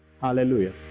Hallelujah